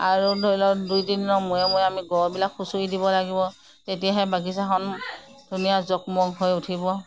আৰু ধৰি লওক দুই তিন দিনৰ মূৰে মূৰে আমি গছবিলাক খুচৰি দিব লাগিব তেতিয়াহে বাগিচাখন ধুনীয়া জকমক হৈ উঠিব